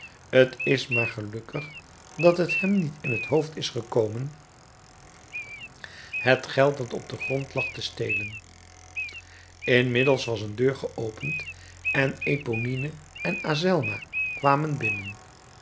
t is maar gelukkig dat t hem niet in t hoofd is gekomen het geld dat op den grond lag te stelen inmiddels was een deur geopend en eponine en azelma kwamen binnen